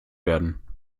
werden